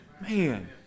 Man